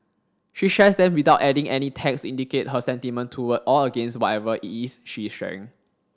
she shares them without adding any text to indicate her sentiment toward or against whatever it is she is sharing